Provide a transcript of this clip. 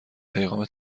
پیغام